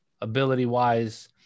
ability-wise